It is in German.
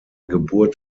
geburt